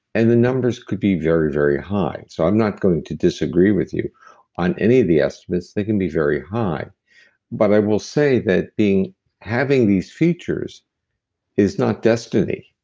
and the numbers could be very, very high. so i'm not going to disagree with you on any of the estimates. they can be very high but i will say that, having these features is not destiny,